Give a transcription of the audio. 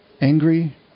angry